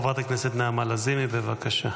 תודה רבה לחברת הכנסת שרון ניר.